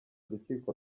urukiko